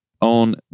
On